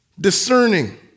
discerning